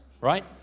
right